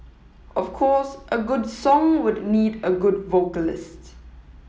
of course a good song would need a good vocalist